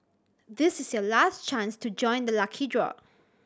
this is your last chance to join the lucky draw